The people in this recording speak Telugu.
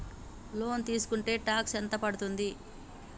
లోన్ తీస్కుంటే టాక్స్ ఎంత పడ్తుంది?